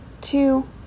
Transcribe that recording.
two